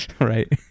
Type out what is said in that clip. right